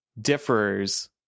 differs